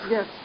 Yes